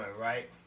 right